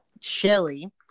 Shelly